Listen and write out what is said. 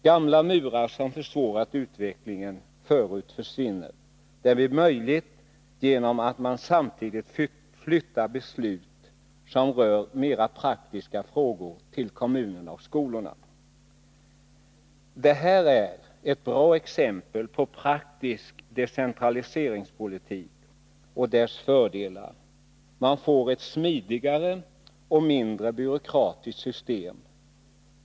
Gamla murar som försvårat utvecklingen förut försvinner. Det blir möjligt genom att man samtidigt flyttar beslut som rör mera praktiska frågor till kommunerna och skolorna. Det här är ett bra exempel på praktisk decentraliseringspolitik och dess fördelar. Man får ett smidigare och mindre byråkratiskt system.